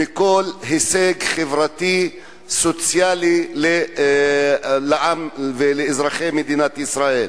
מכל הישג חברתי סוציאלי לעם ולאזרחי מדינת ישראל.